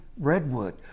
redwood